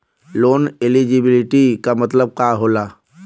Loan eligibility का मतलब का होला?